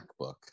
macbook